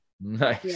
nice